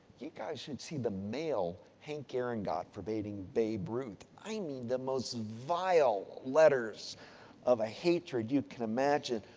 you guys should see the mail hank aaron got for bating babe ruth. i mean the most vile letters of a hatred you could imagine.